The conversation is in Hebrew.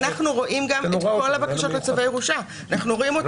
גם אנחנו רואים את כל הבקשות לצווי ירושה מראש.